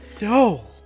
No